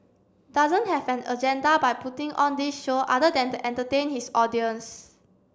doesn't have an agenda by putting on this show other than to entertain his audience